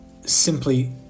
simply